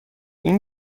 این